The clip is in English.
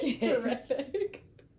terrific